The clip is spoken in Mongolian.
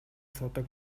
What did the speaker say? суудаг